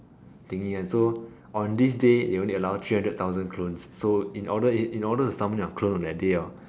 thingy and so on this day they only allow three hundred thousand clones so in order in order to summon your clone on that day hor